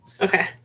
Okay